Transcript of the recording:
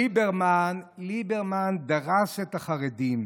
ליברמן דרס את החרדים: